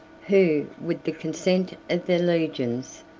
who, with the consent of the legions,